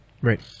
Right